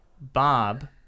Bob